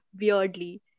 weirdly